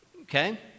Okay